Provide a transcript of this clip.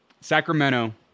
sacramento